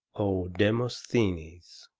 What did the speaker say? o demosthenes!